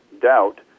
doubt